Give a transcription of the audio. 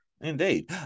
indeed